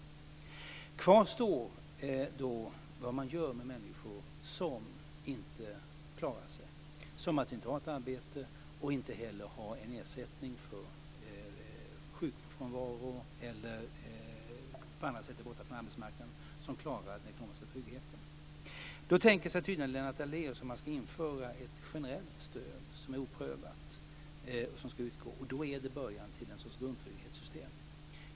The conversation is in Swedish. Då kvarstår problemet med vad man gör med människor som inte klarar sig, som inte har ett arbete och som inte heller har en ersättning för sjukfrånvaro. De kanske på annat sätt är borta från arbetsmarknaden och klarar inte den ekonomiska tryggheten. Lennart Daléus tänker sig tydligen att man ska införa ett generellt stöd som är oprövat och som ska utgå. Det är början till ett slags grundtrygghetssystem.